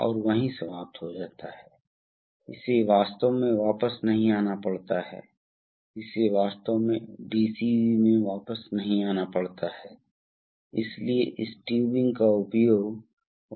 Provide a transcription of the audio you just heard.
और लोड निश्चित रूप से बंद हो जाएगा और तरल पदार्थ इस तरह बह जाएगा लेकिन मोटर लोड मोटर को ओवरलोडिंग से बचाया जाएगा इसलिए यह सर्किट कार्य करता है